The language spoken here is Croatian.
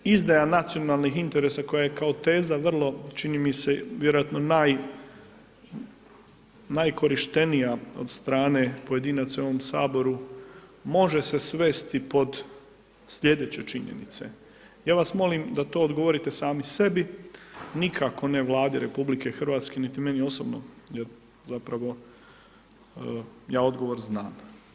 Da li izdaja nacionalnog interesa koja kao teza vrlo, čini mi se vjerojatno najkorištenija, od strane pojedinaca u ovom Saboru, može se svesti pod sljedeće činjenice, ja vas molim da to odgovorite sami sebi, nikako ne Vladi RH, niti meni osobno, jer zapravo ja odgovor znam.